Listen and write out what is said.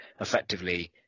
effectively